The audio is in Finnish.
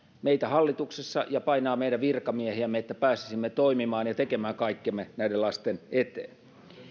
meitä hallituksessa ja painaa meidän virkamiehiämme että pääsisimme toimimaan ja tekemään kaikkemme näiden lasten eteen